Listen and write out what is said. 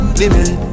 limit